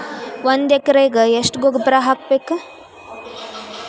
ಒಂದ್ ಎಕರೆಗೆ ಎಷ್ಟ ಗೊಬ್ಬರ ಹಾಕ್ಬೇಕ್?